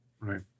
right